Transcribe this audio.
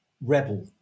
rebel